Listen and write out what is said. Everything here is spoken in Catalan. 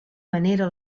manera